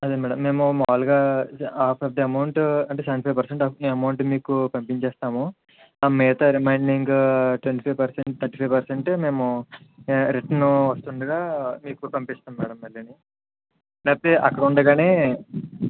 అదే మేడమ్ మేము మామూలుగా ఆఫ్ ఆఫ్ ది అమౌంట్ అంటే seventy five percent of the amount మీకు పంపిచేస్తాము ఆ మిగతా remaining twenty five percent thirty five percent మేము రిటను వస్తుండగా మీకు పంపిస్తాం మేడమ్ మళ్లీని లేకపోతే అక్కడుండగానే